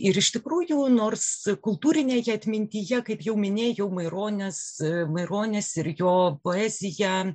ir iš tikrųjų nors kultūrinėje atmintyje kaip jau minėjau maironis maironis ir jo poezija